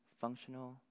functional